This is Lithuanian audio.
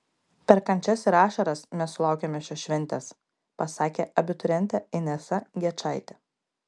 per kančias ir ašaras mes sulaukėme šios šventės pasakė abiturientė inesa gečaitė